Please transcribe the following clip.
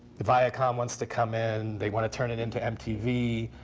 viacom wants to come in. they want to turn it into mtv.